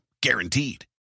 guaranteed